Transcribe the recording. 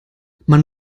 man